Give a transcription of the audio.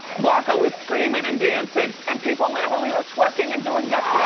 marco is screamin' and dancin', and people literally are twerking and doing death